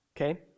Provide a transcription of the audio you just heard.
Okay